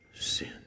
sin